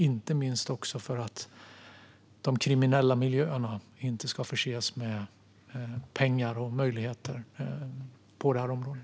Det handlar också om att de kriminella miljöerna inte ska förses med pengar och möjligheter på detta område.